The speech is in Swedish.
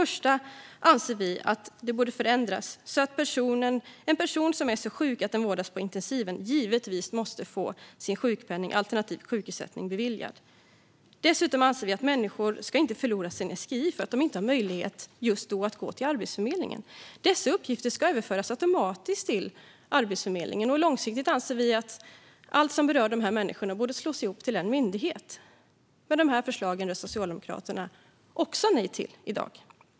Vi i Sverigedemokraterna anser att regelverket först och främst borde förändras så att en person som är så sjuk att den vårdas på intensiven givetvis måste få sjukpenning alternativt sjukersättning beviljad. Dessutom anser vi att människor inte ska förlora sin SGI för att de inte har möjlighet att just då gå till Arbetsförmedlingen. Dessa uppgifter ska överföras automatiskt till Arbetsförmedlingen. På lång sikt bör allt som rör dessa människor slås ihop och hanteras av en enda myndighet, men dessa förslag röstar Socialdemokraterna i dag också nej till.